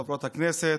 חבר הכנסת